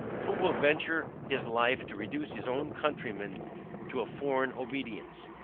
who will venture his life to reduce his own countrymen to a foreign obedience?